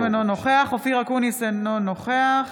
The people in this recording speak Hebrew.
נוכח אופיר אקוניס, אינו נוכח